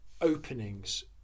openings